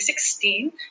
2016